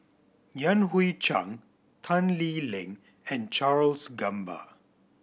Yan Hui Chang Tan Lee Leng and Charles Gamba